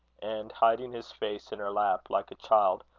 and hiding his face in her lap like a child,